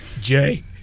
Jay